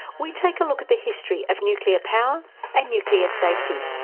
we take a look at the history of nuclear power and nuclear safety.